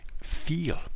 feel